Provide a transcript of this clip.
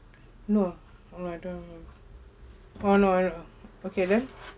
no no I don't oh no I don't okay then